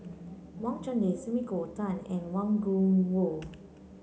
Wang Chunde Sumiko Tan and Wang Gungwu